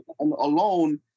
alone